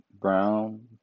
brown